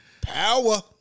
Power